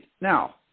Now